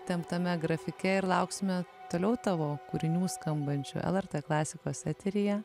įtemptame grafike ir lauksime toliau tavo kūrinių skambančių lrt klasikos eteryje